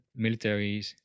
militaries